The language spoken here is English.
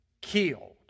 killed